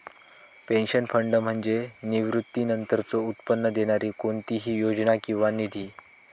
pension fund म्हणजे निवृत्तीनंतरचो उत्पन्न देणारी कोणतीही योजना किंवा निधी